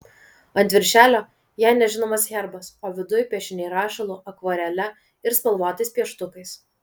ant viršelio jai nežinomas herbas o viduj piešiniai rašalu akvarele ir spalvotais pieštukais